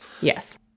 yes